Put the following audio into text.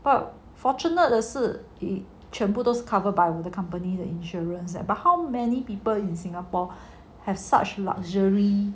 but fortunately 的是全部都是 covered by 我的 company the insurance but how many people in singapore have such luxury